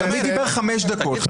עמית דיבר חמש דקות.